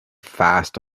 fast